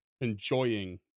enjoying